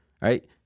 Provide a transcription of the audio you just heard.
right